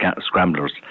scramblers